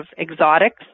exotics